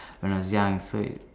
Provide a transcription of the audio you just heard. when I was young so it